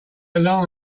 along